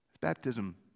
Baptism